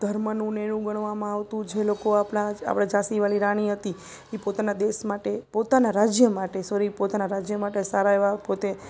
ધર્મનું ને એનું ગણવામાં આવતું જે લોકો આપણાં આપણે ઝાંસી વાલી રાણી હતી ઇ પોતાના દેશ માટે પોતાના રાજ્ય માટે સોરી પોતાના રાજ્ય માટે સારા એવા પોતે